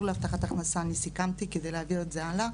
להבטחת הכנסה אני סיכמתי כדי להעביר את זה הלאה.